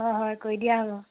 অঁ হয় কৰি দিয়া হ'ব